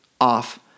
off